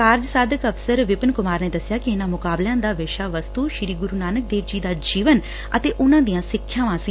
ਕਾਰਜ ਸਾਧਕ ਅਫ਼ਸਰ ਵਿਪਨ ਕੁਮਾਰ ਨੇ ਦੱਸਿਆ ਕਿ ਇੰਨਾਂ ਮੁਕਾਬਲਿਆਂ ਦਾ ਵਿਸ਼ਾ ਵਸਤ ਸ੍ਰੀ ਗੁਰ ਨਾਨਕ ਦੇਵ ਜੀ ਦਾ ਜੀਵਨ ਅਤੇ ਉਨਾਂ ਦੀਆਂ ਸਿੱਖਿਆਵਾਂ ਸੀ